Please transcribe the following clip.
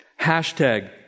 Hashtag